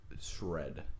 Shred